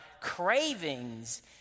cravings